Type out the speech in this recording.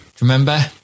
remember